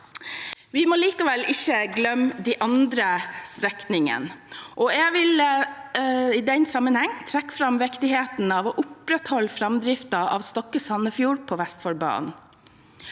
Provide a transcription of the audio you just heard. Vi må likevel ikke glemme de andre strekningene. Jeg vil i den sammenheng trekke fram viktigheten av å opprettholde framdriften på Stokke–Sandefjord på Vestfoldbanen.